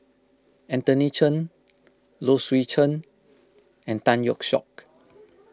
Anthony Chen Low Swee Chen and Tan Yeok Seong